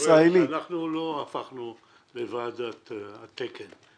הישראלי --- אנחנו לא הפכנו לוועדת התקן.